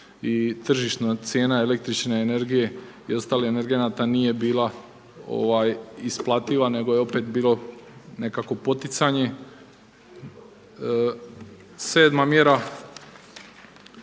tržišna cijena električne energije i ostalih energenata nije bila isplativa nego je opet bilo nekakvo poticanje. Sedma mjera